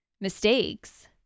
mistakes